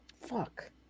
fuck